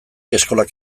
eskolak